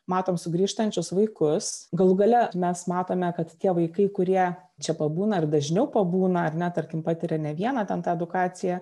matom sugrįžtančius vaikus galų gale mes matome kad tie vaikai kurie čia pabūna ir dažniau pabūna ar ne tarkim patiria ne vieną ten tą edukaciją